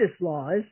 laws